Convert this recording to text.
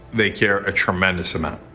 they care a tremendous amount.